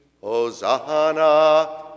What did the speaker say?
Hosanna